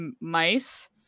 mice